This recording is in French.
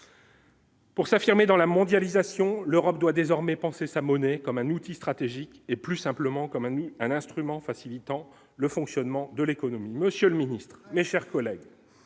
Pour s'affirmer dans la mondialisation, l'Europe doit désormais penser sa monnaie comme un outil stratégique et plus simplement comme ennemi un instrument facilitant le fonctionnement de l'économie, Monsieur le Ministre, mes chers collègues,